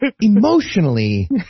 emotionally